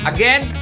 Again